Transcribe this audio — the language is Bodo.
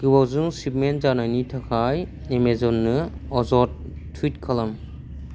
गोबावजों सिपमेन्ट जानायनि थाखाय एमेजननो अजद टुइट खालाम